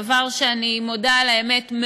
דבר שאני מודה על האמת,